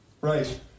Right